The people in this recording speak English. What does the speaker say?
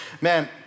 Man